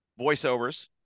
voiceovers